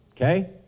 okay